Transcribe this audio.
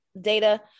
data